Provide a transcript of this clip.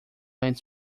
ends